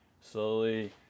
slowly